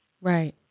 Right